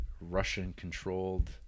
Russian-controlled